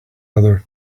other